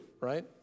right